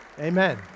Amen